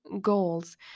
goals